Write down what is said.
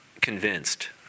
convinced